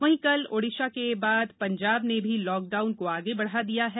वहीं कल ओडिशा के बाद पंजाब ने भी लॉकडाउन को आगे बढ़ा दिया है